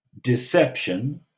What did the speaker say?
deception